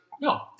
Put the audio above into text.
No